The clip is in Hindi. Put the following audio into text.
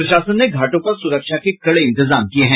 प्रशासन ने घाटों पर सुरक्षा के कड़े इंतजाम किये हैं